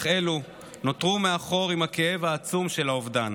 אך אלה נותרו מאחור עם הכאב העצום של האובדן.